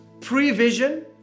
prevision